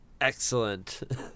Excellent